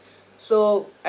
so I